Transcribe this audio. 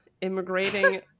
immigrating